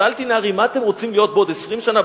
שאלתי נערים: מה אתם רוצים להיות בעוד 20 שנה,